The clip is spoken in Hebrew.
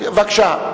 בבקשה.